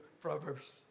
Proverbs